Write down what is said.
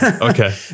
Okay